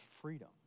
freedom